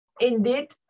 Indeed